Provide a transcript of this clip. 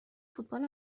فوتبال